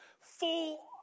full